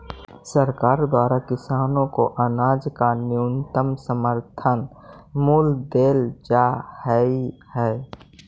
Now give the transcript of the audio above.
सरकार द्वारा किसानों को अनाज का न्यूनतम समर्थन मूल्य देल जा हई है